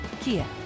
Kia